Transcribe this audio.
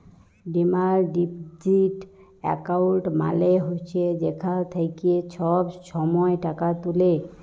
demand deposit account মালে হছে যেখাল থ্যাইকে ছব ছময় টাকা তুলে